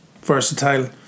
versatile